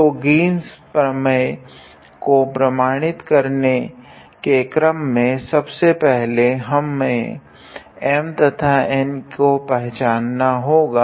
तो ग्रीन्स प्रमेय को प्रमाणित करने के क्रम में सब से पहले हमे M तथा N को पहचानना होगा